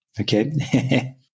Okay